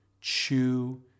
chew